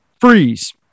freeze